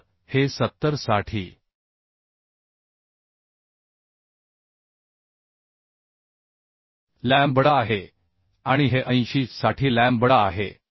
तर हे 70 साठी लॅम्बडा आहे आणि हे 80 साठी लॅम्बडा आहे